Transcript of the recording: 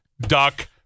duck